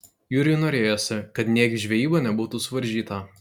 jūriui norėjosi kad nėgių žvejyba nebūtų suvaržyta